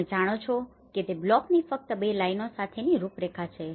તમે જાણો છો કે તે બ્લોકોની ફક્ત બે લાઇનો સાથેની રૂપરેખા છે